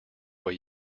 way